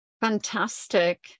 Fantastic